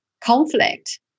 conflict